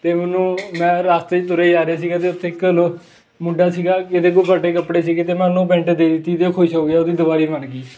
ਅਤੇ ਮੈਨੂੰ ਮੈਂ ਰਸਤੇ 'ਚ ਤੁਰਿਆ ਜਾ ਰਿਹਾ ਸੀਗਾ ਅਤੇ ਉੱਥੇ ਇੱਕ ਮੁੰਡਾ ਸੀਗਾ ਜੀਹਦੇ ਕੋਲ ਫਟੇ ਕੱਪੜੇ ਸੀਗੇ ਅਤੇ ਮੈਂ ਉਹਨੂੰ ਪੈਂਟ ਦੇ ਦਿੱਤੀ ਅਤੇ ਉਹ ਖੁਸ਼ ਹੋ ਗਿਆ ਉਹਦੀ ਦਿਵਾਲੀ ਬਣ ਗਈ